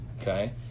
okay